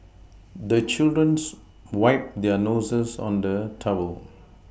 the children's wipe their noses on the towel